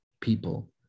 people